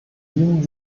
dienen